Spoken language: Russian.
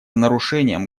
нарушением